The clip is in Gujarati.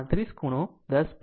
35 ખૂણો 10